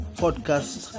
podcast